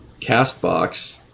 CastBox